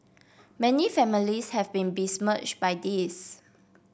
many families have been besmirched by this